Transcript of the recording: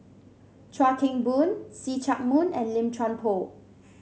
Chuan Keng Boon See Chak Mun and Lim Chuan Poh